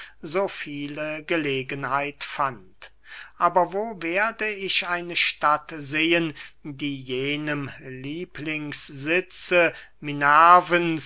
so viele gelegenheit fand aber wo werde ich eine stadt sehen die jenem lieblingssitze